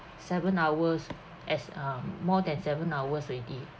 seven hours as um more than seven hours already